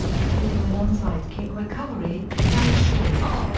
including an onside kick recovery, fell short.